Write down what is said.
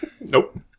Nope